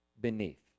beneath